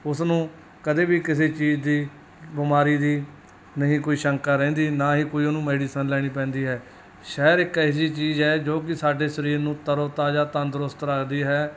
ਉਸ ਨੂੰ ਕਦੇ ਵੀ ਕਿਸੇ ਚੀਜ਼ ਦੀ ਬਿਮਾਰੀ ਦੀ ਨਹੀਂ ਕੋਈ ਸ਼ੰਕਾ ਰਹਿੰਦੀ ਨਾ ਹੀ ਕੋਈ ਉਹਨੂੰ ਮੈਡੀਸਨ ਲੈਣੀ ਪੈਂਦੀ ਹੈ ਸੈਰ ਇੱਕ ਇਹੋ ਜਿਹੀ ਚੀਜ਼ ਹੈ ਜੋ ਕਿ ਸਾਡੇ ਸਰੀਰ ਨੂੰ ਤਰੋ ਤਾਜ਼ਾ ਤੰਦਰੁਸਤ ਰੱਖਦੀ ਹੈ